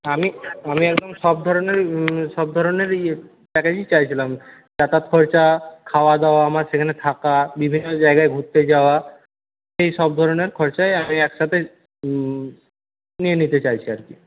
আমি আমি একদম সব ধরনের সব ধরনের ইয়ে প্যাকেজই চাইছিলাম যাতায়াত খরচা খাওয়া দাওয়া আমার সেখানে থাকা বিভিন্ন জায়গায় ঘুরতে যাওয়া এই সব ধরনের খরচাই আমি এক সাথে নিয়ে নিতে চাইছি আর কি